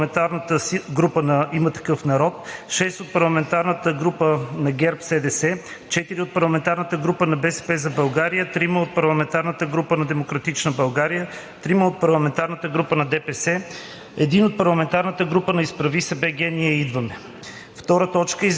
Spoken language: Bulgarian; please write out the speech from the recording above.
6 от парламентарната група на „Има такъв народ“; 6 от парламентарната група на ГЕРБ-СДС; 4 от парламентарната група на „БСП за България“; 3 от парламентарната група на „Демократична България“; 3 от парламентарната група на „Движение за права и свободи“; 1 от парламентарната група на „Изправи се БГ! Ние идваме!“.“